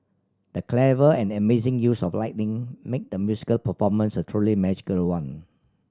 the clever and amazing use of lighting made the musical performance a truly magical one